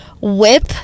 whip